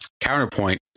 Counterpoint